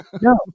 No